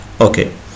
okay